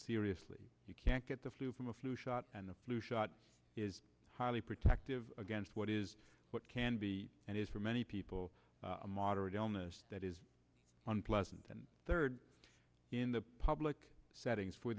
seriously you can't get the flu from a flu shot and the flu shot is highly protective against what is what can be and is for many people a moderate illness that is unpleasant and third in the public settings for